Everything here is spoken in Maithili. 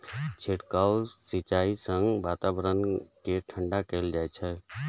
छिड़काव सिंचाइ सं वातावरण कें ठंढा कैल जाइ छै